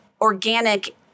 organic